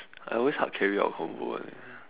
I always hard carry out convo [one] eh